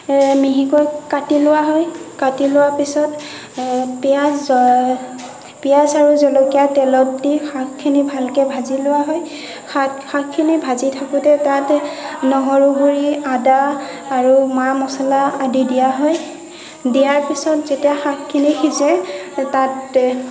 মিহিকৈ কাটি লোৱা হয় কাটি লোৱাৰ পিছত পিঁয়াজ পিঁয়াজ আৰু জলকীয়া তেলত দি শাকখিনি ভালকৈ ভাজি লোৱা হয় শাক শাকখিনি ভাজি থাকোঁতে তাত নহৰু গুৰি আদা আৰু মা মছলা আদি দিয়া হয় দিয়াৰ পিছত যেতিয়া শাকখিনি সিজে তাত